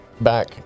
back